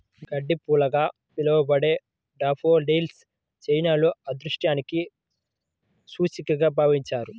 గడ్డిపూలుగా పిలవబడే డాఫోడిల్స్ చైనాలో అదృష్టానికి సూచికగా భావిస్తారు